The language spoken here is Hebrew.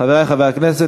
חברי חברי הכנסת,